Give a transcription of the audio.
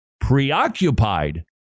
preoccupied